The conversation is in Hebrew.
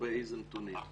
לגבי איזה נתונים.